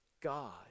God